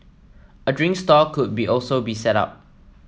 a drink stall could be also be set up